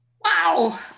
Wow